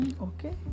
Okay